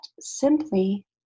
simply